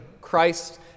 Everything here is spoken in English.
Christ